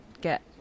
get